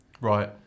Right